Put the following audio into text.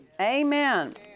Amen